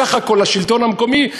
בסך הכול לשלטון המקומי,